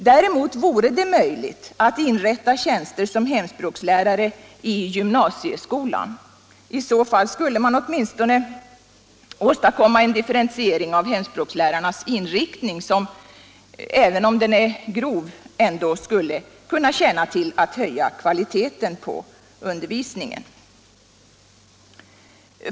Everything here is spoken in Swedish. Däremot vore det möjligt att inrätta tjänster som hemspråkslärare i gymnasieskolan. I så fall skulle man åstadkomma en differentiering av hemspråkslärarnas inriktning som, även om den är grov, ändå skulle kunna tjäna till att höja kvaliteten på undervisningen.